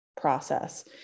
process